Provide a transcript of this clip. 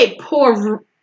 poor